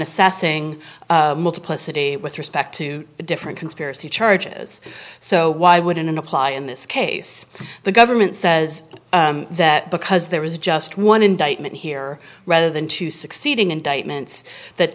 assessing multiplicity with respect to different conspiracy charges so why would an apply in this case the government says that because there was just one indictment here rather than two succeeding indictments that